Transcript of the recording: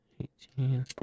eighteen